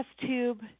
tube